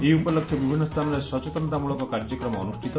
ଏହି ଉପଲକ୍ଷେ ବିଭିନ୍ ସ୍ତାନରେ ସଚେତନତାମ୍ଳକ କାର୍ଯ୍ୟକ୍ମ ଅନୁଷ୍ତିତ